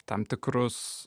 tam tikrus